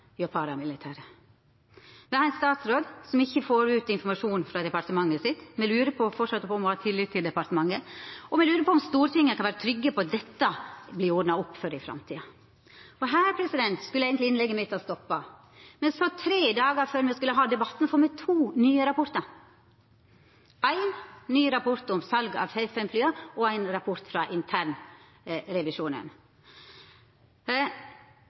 paramilitære. Me har ein statsråd som ikkje får ut informasjon frå departementet sitt. Me lurer framleis på om ho har tillit til departementet, og me lurer på om Stortinget kan vera trygge på at dette vert ordna opp i for framtida. Her skulle eigentleg innlegget mitt ha stoppa, men tre dagar før me skulle ha debatten, kom det to nye rapportar – éin ny rapport om salet av F-5 og éin rapport frå internrevisjonen.